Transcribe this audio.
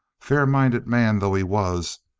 fair-minded man though he was,